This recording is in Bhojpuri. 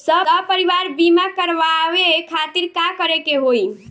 सपरिवार बीमा करवावे खातिर का करे के होई?